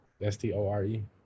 S-T-O-R-E